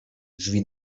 drzwi